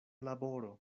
laboro